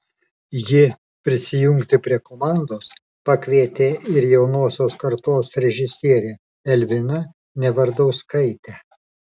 ji prisijungti prie komandos pakvietė ir jaunosios kartos režisierę elviną nevardauskaitę